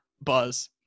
buzz